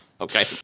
Okay